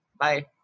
Bye